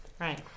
Right